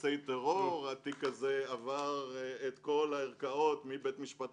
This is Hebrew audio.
אני רוצה לומר שרק לחשוב על כך שהשרה עצמה ביקשה